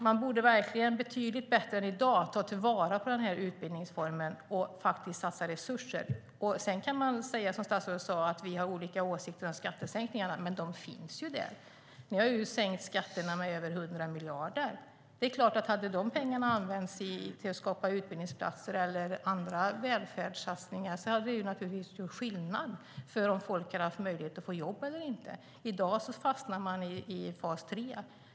Man borde verkligen betydligt bättre än i dag ta till vara denna utbildningsform och satsa resurser. Sedan kan man säga, som statsrådet sade, att vi har olika åsikter om skattesänkningarna. Men de finns ju där. Ni har ju sänkt skatterna med över 100 miljarder. Hade de pengarna använts till att skapa utbildningsplatser eller andra välfärdssatsningar hade det naturligtvis gjort skillnad för folks möjligheter att få jobb. I dag fastnar man i fas 3.